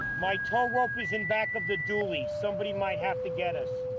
my tow rope is in back of the dooley. somebody might have to get us.